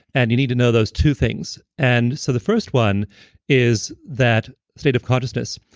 and you need to know those two things. and so the first one is that state of consciousness.